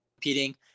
competing